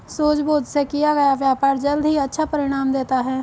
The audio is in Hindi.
सूझबूझ से किया गया व्यापार जल्द ही अच्छा परिणाम देता है